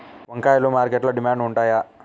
వంకాయలు మార్కెట్లో డిమాండ్ ఉంటాయా?